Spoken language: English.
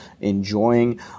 enjoying